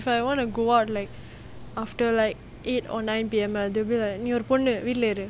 if I want to go out like after like eight or nine P_M they will be like நீ ஒரு பொண்ணு வீட்டுல இரு:nee oru ponnu veetula iru